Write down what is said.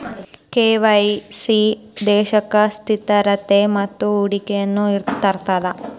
KYC ದೇಶಕ್ಕ ಸ್ಥಿರತೆ ಮತ್ತ ಹೂಡಿಕೆಯನ್ನ ತರ್ತದ